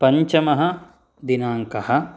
पञ्चमदिनाङ्कः